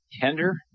tender